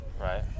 Right